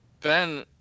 Ben